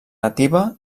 nativa